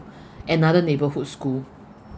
another neighbourhood school